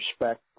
respect